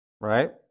right